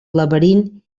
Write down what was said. laberint